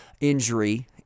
injury